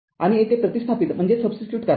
आणि येथे प्रतिस्थापित करा